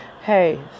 Hey